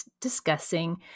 discussing